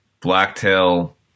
Blacktail